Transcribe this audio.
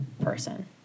person